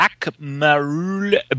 Akmarul